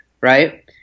right